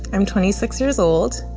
i'm twenty six years old.